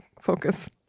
focus